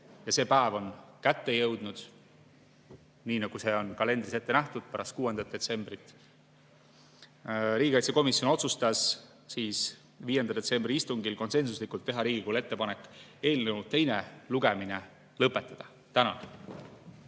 ja see päev on kätte jõudnud, nii nagu see on kalendris ette nähtud, pärast 6. detsembrit. Riigikaitsekomisjon otsustas 5. detsembri istungil konsensuslikult, et tehakse Riigikogule ettepanek eelnõu teine lugemine lõpetada. Tänan!